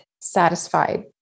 satisfied